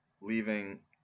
leaving